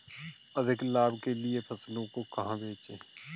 अधिक लाभ के लिए फसलों को कहाँ बेचें?